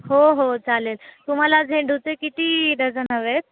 हो हो चालेल तुम्हाला झेंडूचे किती डझन हवे आहेत